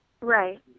Right